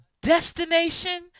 destination